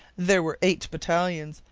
there were eight battalions,